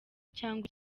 cyangwa